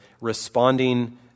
responding